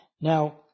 Now